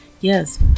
yes